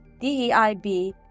DEIB